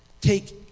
Take